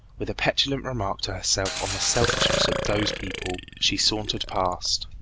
with a petulant remark to herself on the selfishness of those people, she sauntered past.